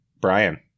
Brian